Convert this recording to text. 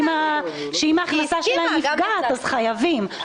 שאם ההכנסה שלהם נפגעת אז חייבים,